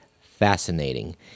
fascinating